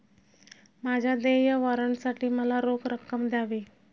माझ्या देय वॉरंटसाठी मला रोख रक्कम द्यावी